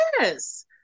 Yes